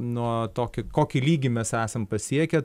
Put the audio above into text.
nuo tokį kokį lygį mes esam pasiekę